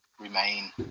remain